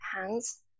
hands